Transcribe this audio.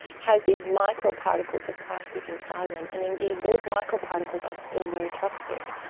has these micro particles of plastic inside of them and indeed, those micro particles are still very toxic.